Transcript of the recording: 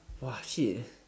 shit